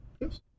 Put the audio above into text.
Yes